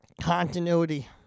continuity